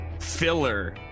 filler